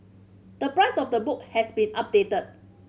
the price of the book has been updated